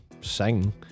sing